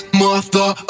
mother